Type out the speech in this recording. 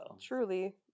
Truly